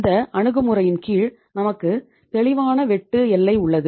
இந்த அணுகுமுறையின் கீழ் நமக்கு தெளிவான வெட்டு எல்லை உள்ளது